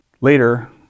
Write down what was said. Later